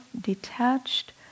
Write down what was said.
detached